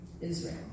Israel